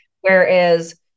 Whereas